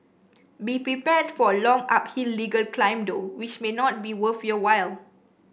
be prepared for a long uphill legal climb though which may not be worth your while